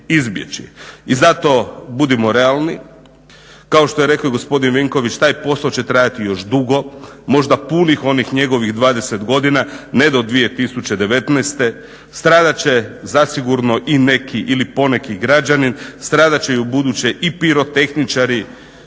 I zato budimo realni, kao što je rekao i gospodin Vinković, taj posao će trajati još dugo, možda punih onih njegovih 20 godina, ne do 2019., stradat će zasigurno i neki ili poneki građanin, stradat će i ubuduće i pirotehničari,